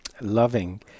loving